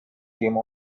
came